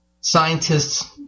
Scientists